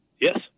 Yes